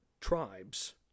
tribes